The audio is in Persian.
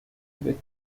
بدی